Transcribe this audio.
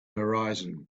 horizon